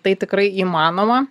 tai tikrai įmanoma